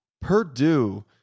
Purdue –